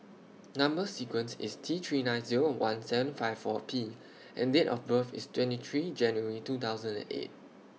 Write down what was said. Number sequence IS T three nine Zero one seven five four P and Date of birth IS twenty three January two thousand and eight